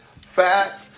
fat